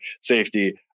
safety